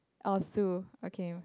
orh Sue okay